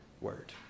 word